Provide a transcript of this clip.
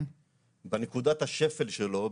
בנקודת השפל שלו,